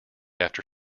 after